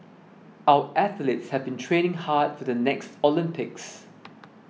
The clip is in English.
our athletes have been training hard for the next Olympics